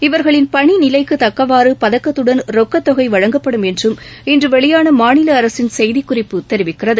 இவர்களின் பணி நிலைக்கு தக்கவாறு பதக்கத்துடன் ரொக்கத் தொகை வழங்கப்படும் என்றும் இன்று வெளியான மாநில அரசின் செய்திக்குறிப்பு தெரிவிக்கிறது